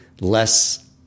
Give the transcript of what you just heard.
less